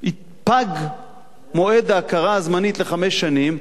פג מועד ההכרה הזמנית לחמש שנים,